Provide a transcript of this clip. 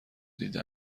دیده